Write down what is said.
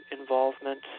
involvement